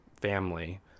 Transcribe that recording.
family